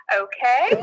okay